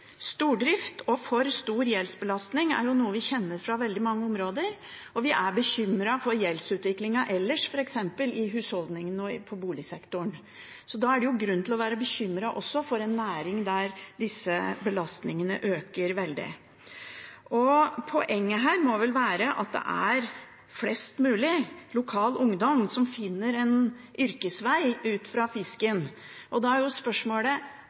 Stordrift og for stor gjeldsbelastning er noe vi kjenner til fra veldig mange områder, og vi er bekymret for gjeldsutviklingen ellers, f.eks. i husholdningene og i boligsektoren. Da er det grunn til å være bekymret for en næring der disse belastningene øker veldig. Poenget her må vel være at det er flest mulig lokal ungdom som finner en yrkesvei knyttet til fisken. Da er spørsmålet: